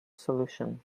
solution